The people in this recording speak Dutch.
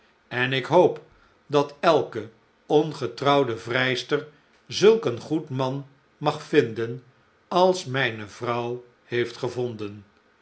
en ik hoop dat elke ongetrouwde vrijster zulk een goed man mag vinden als mijne vrouw heeft gevonden